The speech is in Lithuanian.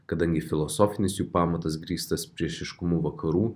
kadangi filosofinis jų pamatas grįstas priešiškumu vakarų